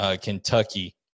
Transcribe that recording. Kentucky